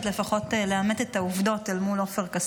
לפחות לאמת את העובדות אל מול עופר כסיף.